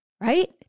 right